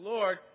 Lord